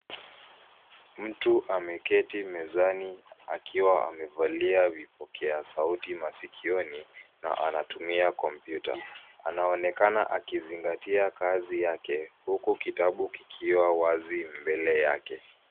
Mtu ameketi mezani akiwa amevalia vipokea sauti masikioni na anatumia kompyuta. Anaonekana akizingatia kazi yake huku kitabu kikiwa wazi mbele yake.